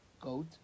goat